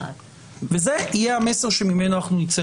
וזה יהיה המסר שאיתו אנחנו נצא,